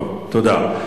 טוב, תודה.